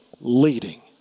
leading